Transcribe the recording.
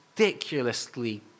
ridiculously